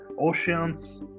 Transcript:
oceans